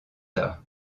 tard